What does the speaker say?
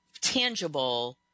tangible